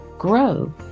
grow